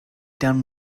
down